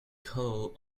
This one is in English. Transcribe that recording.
cole